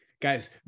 Guys